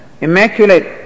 Immaculate